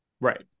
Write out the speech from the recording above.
Right